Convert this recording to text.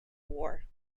war